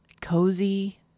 cozy